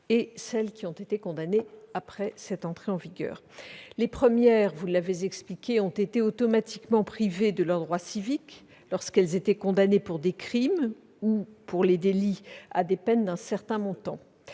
et celles qui ont été condamnées après celle-ci. Les premières ont été automatiquement privées de leurs droits civiques lorsqu'elles étaient condamnées pour des crimes ou, pour les délits, à des peines d'un certain montant